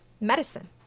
medicine